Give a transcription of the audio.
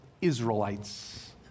Israelites